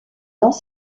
dans